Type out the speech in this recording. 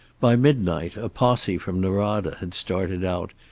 by midnight a posse from norada had started out,